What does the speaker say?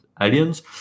Aliens